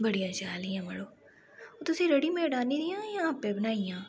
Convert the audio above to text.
बड़ियां शैल हियां मड़ो ओह् तुसें रेडीमेड आह्नी दियां जां आपें बनाइयां